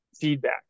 feedback